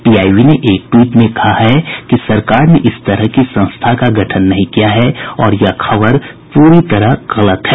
PIB ने एक tweet में स्पष्ट किया है कि सरकार ने इस तरह की संस्था का गठन नहीं किया है और यह खबर पूरी गलत है